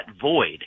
void